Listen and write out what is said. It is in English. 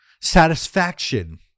satisfaction